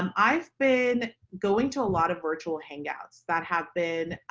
um i've been going to a lot of virtual hangouts that have been